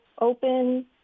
open